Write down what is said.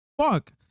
fuck